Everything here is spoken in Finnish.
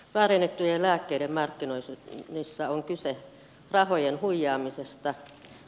väärennettyjen lääkkeiden markkinoinnissa on kyse rahojen huijaamisesta